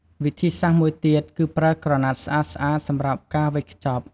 វិធីសាស្រ្តមួយទៀតគឺប្រើក្រណាត់ស្អាតៗសម្រាប់ការវេចខ្ចប់។